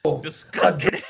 Disgusting